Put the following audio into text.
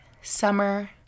Summer